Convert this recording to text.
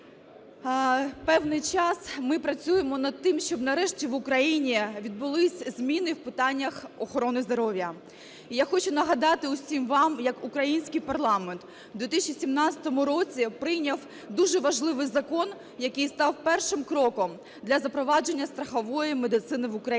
Певний час ми працюємо над тим, щоб нарешті в Україні відбулися зміни в питаннях охорони здоров'я. І я хочу нагадати усім вам як український парламент в 2017 році прийняв дуже важливий закон, який став першим кроком для запровадження страхової медицини в Україні